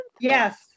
Yes